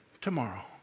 tomorrow